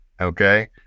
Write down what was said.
okay